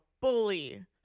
bully